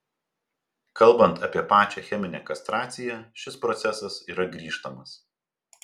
kalbant apie pačią cheminę kastraciją šis procesas yra grįžtamas